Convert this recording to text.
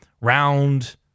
round